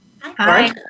Hi